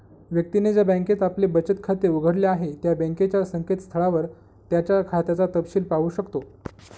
व्यक्तीने ज्या बँकेत आपले बचत खाते उघडले आहे त्या बँकेच्या संकेतस्थळावर त्याच्या खात्याचा तपशिल पाहू शकतो